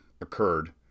occurred